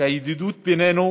שהידידות בינינו